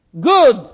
good